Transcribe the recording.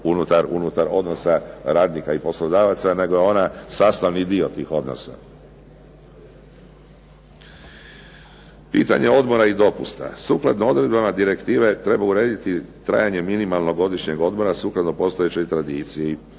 unutar odnosa radnika i poslodavaca, nego je ona sastavni dio tih odnosa. Pitanje odmora i dopusta. Sukladno odredbama direktive treba urediti trajanje minimalnog godišnjeg odmora sukladno postojećoj tradiciji.